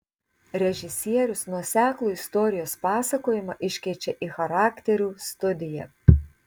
režisierius nuoseklų istorijos pasakojimą iškeičia į charakterių studiją